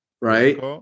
right